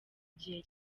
gihe